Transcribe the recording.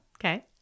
Okay